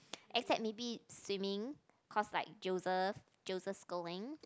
except maybe swimming cause like Joseph Joseph-Schooling